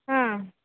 हा